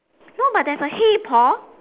no but there's a hey Paul